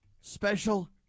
special